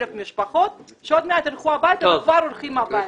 1,000 משפחות שעוד מעט ילכו הביתה וכבר הולכים הביתה.